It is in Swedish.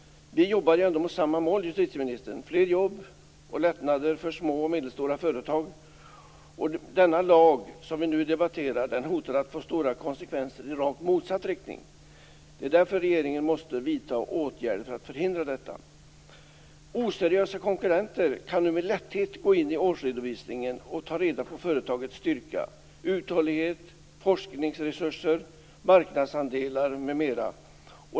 Vi jobbar ju ändå mot samma mål, justitieministern! Vi vill ha fler jobb och lättnader för små och medelstora företag. Den lag som vi nu debatterar hotar att få stora konsekvenser i rakt motsatt riktning. Därför måste regeringen vidta åtgärder för att förhindra detta. Oseriösa konkurrenter kan nu med lätthet gå in i årsredovisningen och ta reda på företagets styrka, uthållighet, forskningsresurser, marknadsandelar m.m.